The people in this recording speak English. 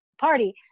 Party